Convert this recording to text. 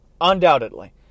undoubtedly